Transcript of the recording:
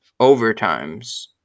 overtimes